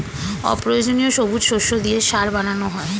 অপ্রয়োজনীয় সবুজ শস্য দিয়ে সার বানানো হয়